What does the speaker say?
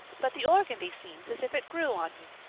but the organdy seems as if it grew on you.